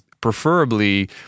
preferably